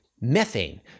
methane